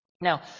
Now